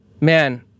Man